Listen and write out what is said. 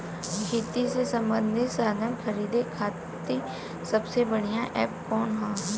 खेती से सबंधित साधन खरीदे खाती सबसे बढ़ियां एप कवन ह?